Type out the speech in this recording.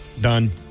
done